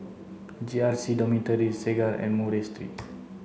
J R C Dormitory Segar and Murray Street